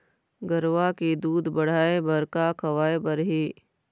गरवा के दूध बढ़ाये बर का खवाए बर हे?